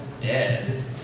dead